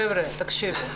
חבר'ה, תקשיבו.